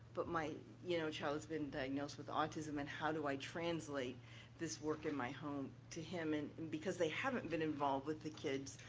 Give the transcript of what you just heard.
but my you know my child's been diagnosed with autism and how do i translate this work in my home to him and and because they haven't been involved with the kids,